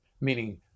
meaning